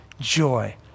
joy